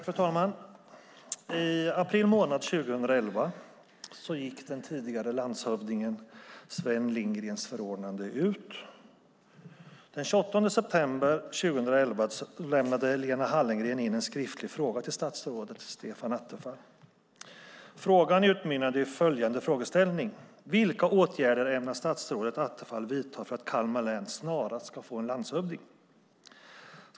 Fru talman! I april månad 2011 gick den tidigare landshövdingen Sven Lindgrens förordnande ut. Den 28 september 2011 lämnade Lena Hallengren in en skriftlig fråga till statsrådet Stefan Attefall. Frågan utmynnade i följande frågeställning: Vilka åtgärder ämnar statsrådet Attefall vidta för att Kalmar län snarast ska få en landshövding?